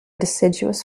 deciduous